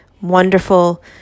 wonderful